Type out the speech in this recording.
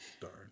Darn